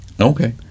Okay